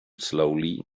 slowly